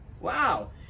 Wow